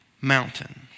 mountain